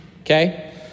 okay